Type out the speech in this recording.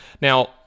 Now